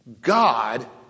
God